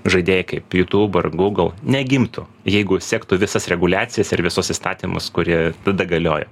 žaidėjai kaip jutub ar gūgl negimtų jeigu sektų visas reguliacijas ir visus įstatymus kurie tada galiojo